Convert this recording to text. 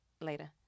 Later